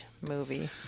movie